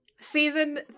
Season